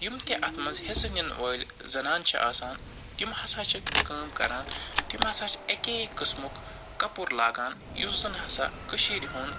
یِم تہِ اَتھ منٛز حِصہٕ نِنہٕ وٲلۍ زنانہٕ چھِ آسان تِم ہَسا چھِ کٲم کَران تِم ہَسا چھِ اَکیٚے قٕسمُک کَپُر لاگان یُس زَن ہَسا کٔشیٖرِ ہُنٛد